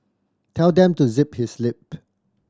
tell them to zip his lip